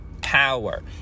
power